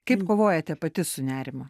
kaip kovojate pati su nerimu